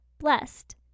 blessed